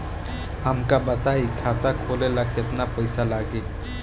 हमका बताई खाता खोले ला केतना पईसा लागी?